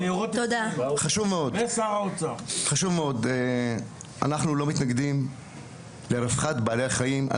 אנחנו לא מתנגדים לרווחת בעלי החיים.